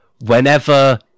Whenever